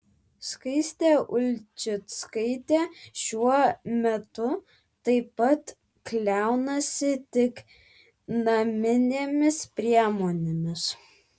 skaistė ulčickaitė šiuo metu taip pat kliaunasi tik naminėmis priemonėmis